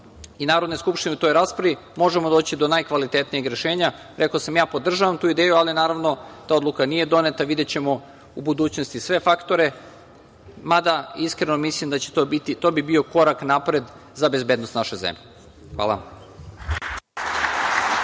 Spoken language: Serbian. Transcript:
i Narodne skupštine u toj raspravi možemo doći do najkvalitetnijeg rešenja. Rekao sam, ja podržavam tu ideju, ali naravno ta odluka nije doneta, videćemo u budućnosti sve faktore, mada iskreno mislim da bi to bio korak napred za bezbednost naše zemlje. Hvala.